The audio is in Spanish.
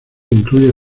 incluye